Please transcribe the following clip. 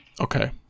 Okay